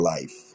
life